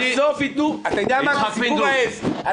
בסוף יתנו את סיפור העז.